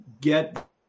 Get